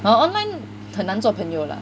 hor online 很难做朋友 lah